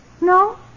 No